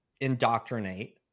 indoctrinate